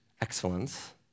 excellence